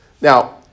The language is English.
Now